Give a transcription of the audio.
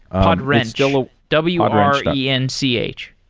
podwrench, um ah w r e n c h.